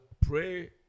pray